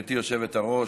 גברתי היושבת-ראש.